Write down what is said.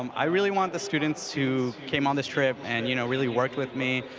um i really want the students who came on this trip and you know really worked with me,